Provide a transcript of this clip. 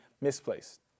misplaced